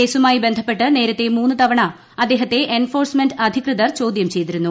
കേസുമായി ബന്ധപ്പെട്ട് നേരത്തെ മൂന്ന് തവണ അദ്ദേഹത്തെ എൻഫോഴ്സ്മെന്റ് അധികൃതർ ചോദ്യം ചെയ്തിരുന്നു